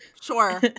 sure